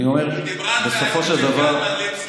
היא דיברה אצל קלמן ליבסקינד.